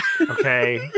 Okay